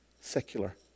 secular